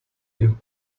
you